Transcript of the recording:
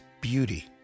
beauty